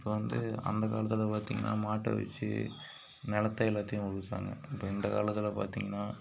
இப்போ வந்து அந்த காலத்தில் பார்த்தீங்கனா மாட்டை வச்சு நிலத்த எல்லாத்தையும் உழுதாங்க இப்போ இந்த காலத்தில் பார்த்தீங்கனா